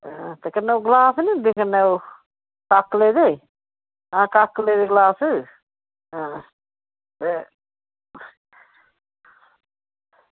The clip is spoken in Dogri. कन्नै ओह् गलास निं होंदे ओह् काकलै दे आं काकलै दे गलास आं